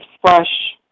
fresh